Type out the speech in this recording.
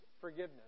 forgiveness